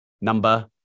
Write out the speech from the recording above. Number